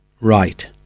right